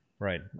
Right